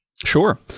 Sure